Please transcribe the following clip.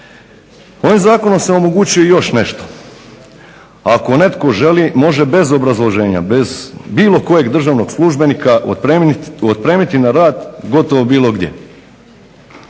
Ovim Zakonom se omogućuje još nešto. Ako netko želi može bez obrazloženja, bez bilo kojeg državnog službenika otpremiti na rad gotovo bilo gdje.